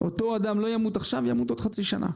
אותו אדם לא ימות עכשיו, ימות עוד חצי שנה.